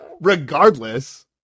regardless